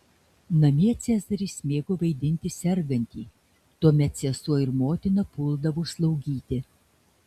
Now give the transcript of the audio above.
namie cezaris mėgo vaidinti sergantį tuomet sesuo ir motina puldavo slaugyti